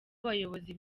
abayobozi